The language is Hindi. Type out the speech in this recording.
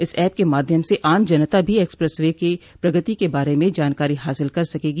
इस एप के माध्यम से आम जनता भी एक्सप्रेस वे की प्रगति के बारे में जानकारी हासिल कर सकेगी